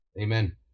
amen